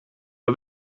een